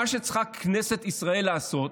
מה שצריכה כנסת ישראל לעשות,